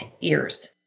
ears